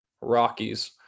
Rockies